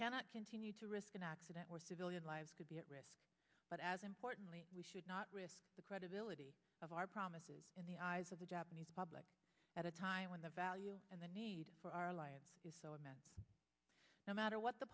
cannot continue to risk an accident or civilian lives could be at risk but as importantly we should not risk the credibility of our promises in the eyes of the japanese public at a time when the value and the need for our alliance is so immense no matter what the